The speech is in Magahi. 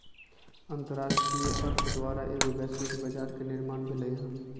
अंतरराष्ट्रीय अर्थ द्वारा एगो वैश्विक बजार के निर्माण भेलइ ह